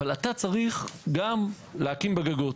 אבל שצריך גם להקים בגגות,